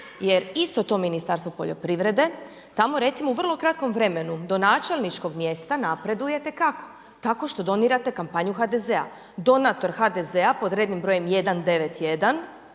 jer isti to Ministarstvo poljoprivrede, tamo recimo u vrlo kratkom vremenu do načelničkog mjesta napredujete, kako? Tako što donirate kampanju HDZ-a. donator HDZ-a pod rednim brojem 191